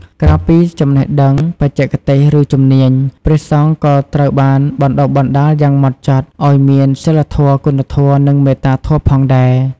ក្រៅពីចំណេះដឹងបច្ចេកទេស ឬជំនាញ ព្រះសង្ឃក៏ត្រូវបានបណ្តុះបណ្តាលយ៉ាងហ្មត់ចត់ឱ្យមានសីលធម៌ គុណធម៌ និងមេត្តាធម៌ផងដែរ។